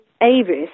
Avis